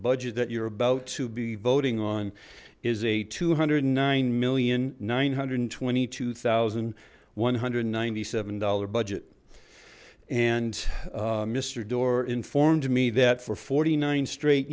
budget that you're about to be voting on is a two hundred nine million nine hundred and twenty two thousand one hundred ninety seven dollar budget and mister doar informed me that for forty nine straight